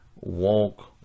walk